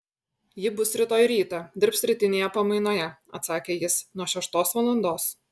ji bus rytoj rytą dirbs rytinėje pamainoje atsakė jis nuo šeštos valandos